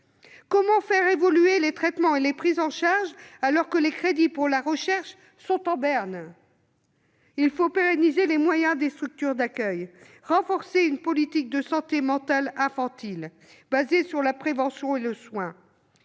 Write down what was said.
Comment faire évoluer les traitements et les prises en charge, alors que les crédits pour la recherche sont en berne ? Il faut pérenniser les moyens des structures d'accueil, renforcer une politique de santé mentale infantile fondée sur la prévention et le soin.